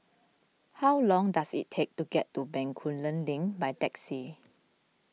how long does it take to get to Bencoolen Link by taxi